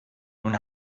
nun